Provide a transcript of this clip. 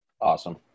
Awesome